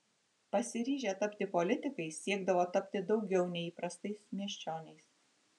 pasiryžę tapti politikais siekdavo tapti daugiau nei įprastais miesčioniais